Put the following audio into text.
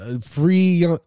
free